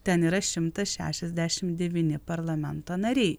ten yra šimtas šešiasdešim devyni parlamento nariai